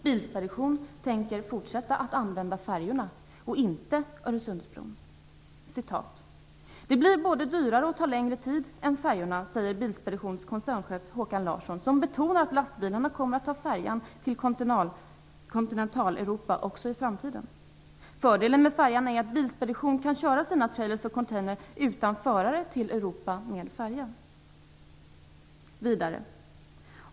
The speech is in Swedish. Bilspedition tänker fortsätta att använda färjorna och inte Öresundsbron: "Det blir både dyrare och tar längre tid än färjorna, säger Bilspeditions koncernchef Håkan Larsson, som betonar att lastbilarna kommer att ta färjan till kontinentaleuropa också i framtiden. Fördelen med färjan är att Bilspedition kan köra sina trailers och container utan förare till Europa med färja.